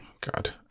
God